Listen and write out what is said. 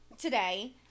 Today